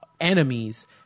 enemies